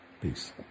Peace